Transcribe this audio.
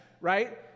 right